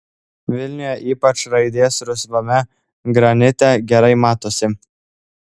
vilniuje ypač raidės rusvame granite gerai matosi